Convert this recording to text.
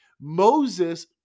Moses